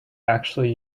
actually